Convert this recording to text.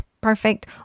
perfect